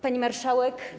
Pani Marszałek!